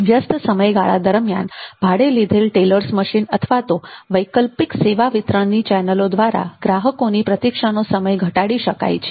વ્યસ્ત સમયગાળા દરમિયાન ભાડે લીધેલ ટેલર્સ મશીન અથવા વૈકલ્પિક સેવા વિતરણની ચેનલો દ્વારા ગ્રાહકોની પ્રતીક્ષાનો સમય ઘટાડી શકાય છે